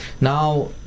now